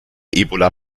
ebola